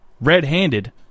red-handed